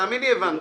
תאמין לי הבנתי.